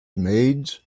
maids